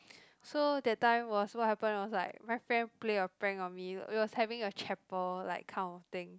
so that time was what happened was like my friend play a prank on me it was having a chamber like kind of thing